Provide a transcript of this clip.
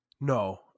No